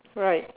right